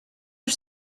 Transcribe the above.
are